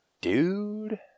dude